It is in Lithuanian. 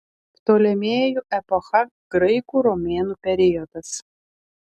ptolemėjų epocha graikų romėnų periodas